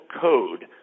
code